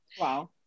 Wow